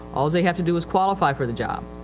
all they have to do is qualify for the job.